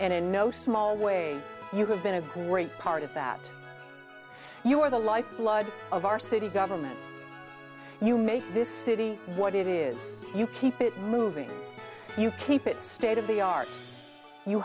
and in no small way you have been a great part of that you are the lifeblood of our city government you make this city what it is you keep it moving you keep it state of the art you